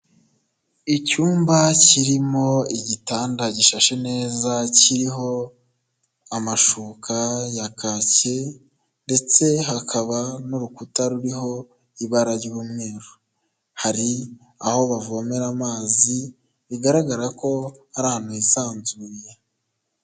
Icyumba kirimo igitanda gishashe neza kiriho amashuka ya kake ndetse hakaba n'urukuta ruriho ibara ry'umweru, hari aho bavomera amazi bigaragara ko ari ahantu hisanzuye.